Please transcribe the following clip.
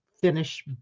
finish